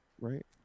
Right